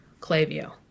Clavio